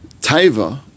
taiva